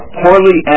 poorly